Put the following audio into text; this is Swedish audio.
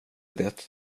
det